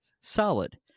Solid